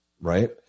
right